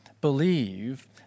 believe